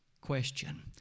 Question